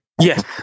Yes